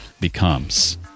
becomes